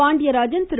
Pandiarajan Thiru